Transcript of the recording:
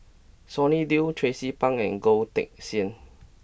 Sonny Liew Tracie Pang and Goh Teck Sian